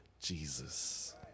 Jesus